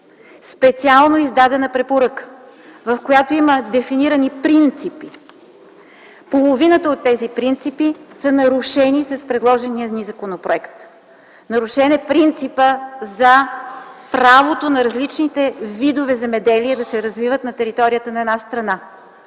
специално издадена препоръка, в която има дефинирани принципи, половината от тези принципи са нарушени с предложения законопроект. Нарушен е принципът за правото на различните видове земеделие да се развиват на територията на една страна.